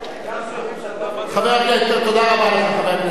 העיקר שיודעים שאתה פה, אדוני היושב-ראש.